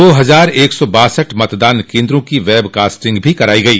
दो हजार एक सौ बासठ मतदान केन्द्रो की वेबकास्टिंग भी कराई गई